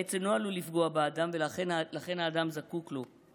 העץ אינו עלול לפגוע באדם, ולכן האדם זקוק לו.